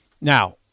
Now